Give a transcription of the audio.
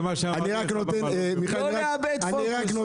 לא לאבד פוקוס.